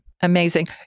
Amazing